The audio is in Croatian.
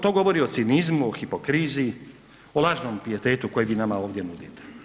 To govori o cinizmu, hipokrizi, o lažnom pijetetu koji vi nama ovdje nudite.